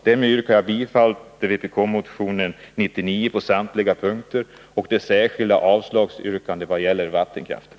Därmed yrkar jag bifall till vpk-motion 99 på samtliga punkter och till det särskilda avslagsyrkandet vad gäller vattenkraften.